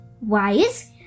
wise